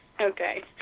Okay